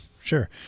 sure